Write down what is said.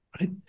right